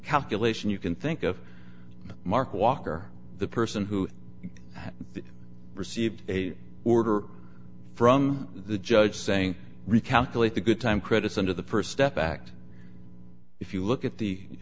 calculation you can think of mark walker the person who received a order from the judge saying recalculate the good time credits under the pursed up act if you look at the